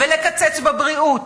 ולקצץ בבריאות,